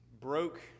broke